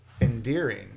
endearing